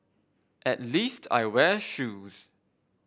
at least I wear shoes